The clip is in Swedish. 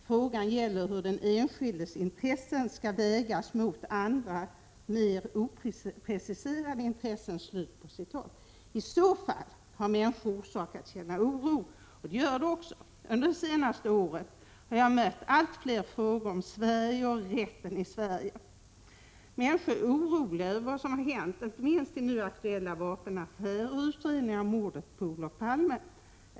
Frågan gäller hur den enskildes intressen skall vägas mot andra mer oprecisa intressen.” I så fall har människor orsak att känna oro, och de känner också oro. Under det senaste året har jag mött allt fler frågor om Sverige och rätten i Sverige. Människor är oroliga över vad som hänt, inte minst i nu så aktuella vapenaffärer och vid utredningen av mordet på Olof Palme.